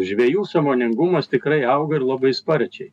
žvejų sąmoningumas tikrai auga ir labai sparčiai